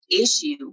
issue